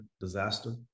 disaster